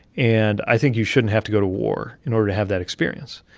and i think you shouldn't have to go to war in order to have that experience,